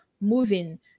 moving